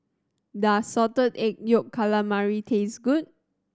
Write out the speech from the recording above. does Salted Egg Yolk Calamari taste good